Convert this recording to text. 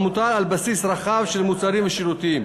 המוטל על בסיס רחב של מוצרים ושירותים.